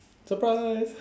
surprise